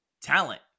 talent